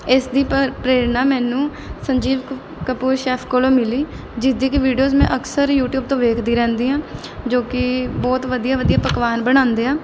ਇਸ ਦੀ ਪਰ ਪ੍ਰੇਰਨਾ ਮੈਨੂੰ ਸੰਜੀਵ ਕਪੂ ਕਪੂਰ ਸ਼ੈਫ ਕੋਲੋਂ ਮਿਲੀ ਜਿਸਦੀ ਕਿ ਵੀਡੀਓਜ਼ ਮੈਂ ਅਕਸਰ ਯੂਟਿਊਬ ਤੋਂ ਵੇਖਦੀ ਰਹਿੰਦੀ ਹਾਂ ਜੋ ਕਿ ਬਹੁਤ ਵਧੀਆ ਵਧੀਆ ਪਕਵਾਨ ਬਣਾਉਂਦੇ ਆ